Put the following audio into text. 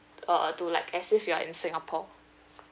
uh uh to like as if you are in singapore